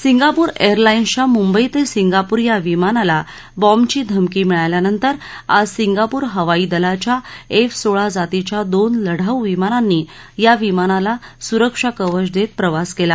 Singapore एअरला उंसच्या मुंबई ते सिंगापूर या विमानाला बॉम्बची धमकी मिळाल्यानंतर आज सिंगापूर हवाई दलाच्या एफ सोळा जातीच्या दोन लढाऊ विमानांनी या विमानाला सुरक्षाकवच देत प्रवास केला